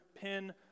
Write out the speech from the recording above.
pin